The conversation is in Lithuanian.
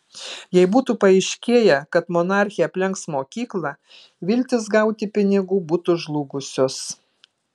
jei būtų paaiškėję kad monarchė aplenks mokyklą viltys gauti pinigų būtų žlugusios